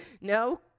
No